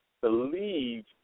believe